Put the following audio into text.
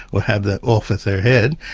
or have that, off with their head',